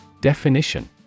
Definition